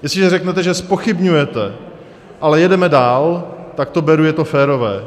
Jestliže řeknete, že zpochybňujete, ale jedeme dál, tak to beru, je to férové.